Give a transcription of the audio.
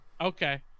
okay